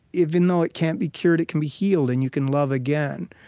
even though it can't be cured, it can be healed, and you can love again.